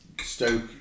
stoke